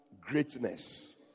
greatness